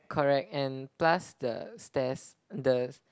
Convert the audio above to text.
correct and plus the stairs the